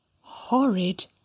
Horrid